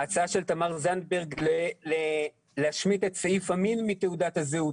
ההצעה של תמר זנדברג להשמיט את סעיף המין מתעודת הזהות.